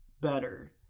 better